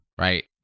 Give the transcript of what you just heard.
right